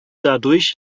dadurch